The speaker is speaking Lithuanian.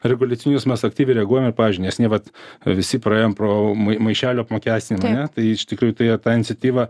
reguliacinius mes aktyviai reaguojame pavyzdžiui neseniai vat visi praėjom pro mai maišelių apmokestinimą tai iš tikrųjų tai ta iniciatyva